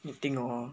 你 think 了 hor